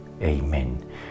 Amen